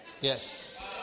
yes